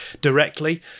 directly